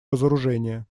разоружения